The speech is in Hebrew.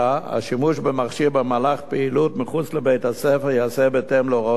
השימוש במכשיר במהלך פעילות מחוץ לבית-הספר ייעשה בהתאם להוראות הצוות.